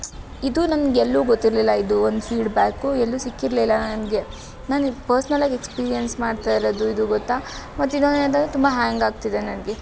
ಇದು ನನಗೆಲ್ಲೂ ಗೊತ್ತಿರಲಿಲ್ಲ ಇದು ಒಂದು ಫೀಡ್ಬ್ಯಾಕು ಎಲ್ಲೂ ಸಿಕ್ಕಿರಲಿಲ್ಲ ನನಗೆ ನಾನು ಇದು ಪರ್ಸ್ನಲಾಗಿ ಎಕ್ಸ್ಪೀರಿಯೆನ್ಸ್ ಮಾಡ್ತಾ ಇರೋದು ಇದು ಗೊತ್ತಾ ಮತ್ತಿನ್ನೊಂದು ಏನಂದರೆ ತುಂಬ ಹ್ಯಾಂಗ್ ಆಗ್ತಿದೆ ನನಗೆ